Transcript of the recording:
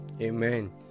amen